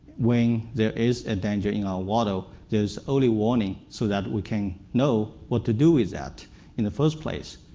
when there is a danger in our water, there's early warning so that we can know what to do with that in the first place,